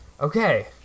Okay